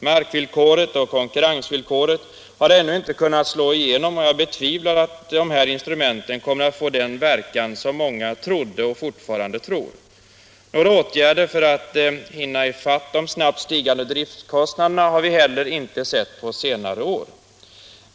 Markvillkoret och konkurrensvillkoret har ännu inte kunnat slå igenom, och jag betvivlar att dessa instrument kommer att få den verkan som många trodde och fortfarande tror. Några åtgärder för att hinna i fatt de snabbt stigande driftskostnaderna har vi heller inte sett på senare år.